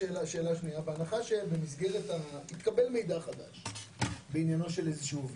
בהנחה שהתקבל מידע חדש בעניינו של איזה עובד.